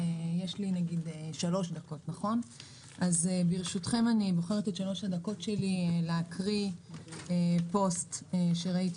בדקות שלי אני בוחרת להקריא פוסט שראיתי